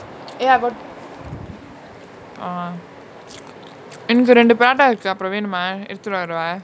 eh I got ah எனக்கு ரெண்டு:enaku rendu baraattaa இருக்கு அப்ரோ வேணுமா எடுத்துட்டு வரவா:iruku apro venuma edthuttu varavaa